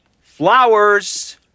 flowers